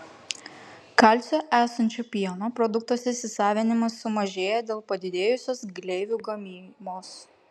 kalcio esančio pieno produktuose įsisavinimas sumažėja dėl padidėjusios gleivių gamybos